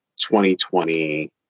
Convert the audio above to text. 2020